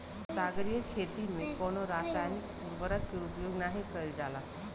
सागरीय खेती में कवनो रासायनिक उर्वरक के उपयोग नाही कईल जाला